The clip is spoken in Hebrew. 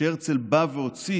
שהרצל בא והוציא